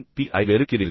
B வை வெறுக்கிறீர்கள்